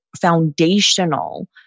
foundational